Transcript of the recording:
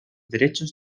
derechos